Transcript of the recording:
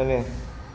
અને